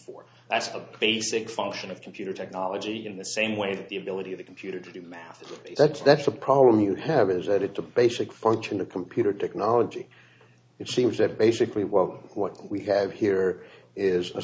for that's a basic function of computer technology in the same way that the ability of a computer to do math that's that's a problem you have is that it to basic function of computer technology it seems that basically well what we have here is a